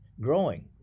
growing